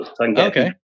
Okay